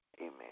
Amen